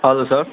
hello sir